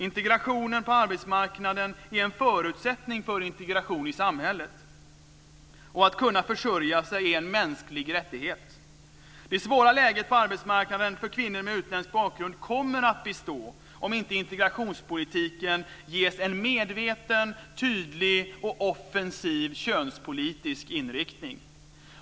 Integrationen på arbetsmarknaden är en förutsättning för integration i samhället, och att kunna försörja sig är en mänsklig rättighet. Det svåra läget på arbetsmarknaden för kvinnor med utländsk bakgrund kommer att bestå om inte integrationspolitiken ges en medveten, tydlig och offensiv könspolitisk inriktning.